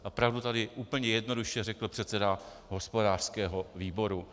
A pravdu tady úplně jednoduše řekl předseda hospodářského výboru.